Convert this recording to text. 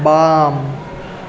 बाम